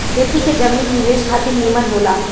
खेती के जमीन निवेश खातिर निमन होला